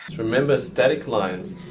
remember static lines